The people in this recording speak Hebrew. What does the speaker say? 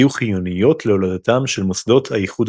והביא למשל לחתימה על האמנה האירופית לזכויות אדם בשנת 1950. הצהרת